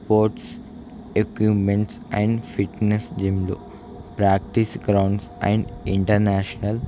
sports equipment and fitness జిమ్లు practice grounds and international